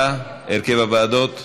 אתה, הרכב הוועדות?